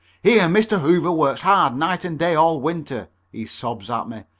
here mr. hoover works hard night and day all winter, he sobs at me,